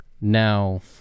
now